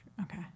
Okay